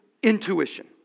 intuition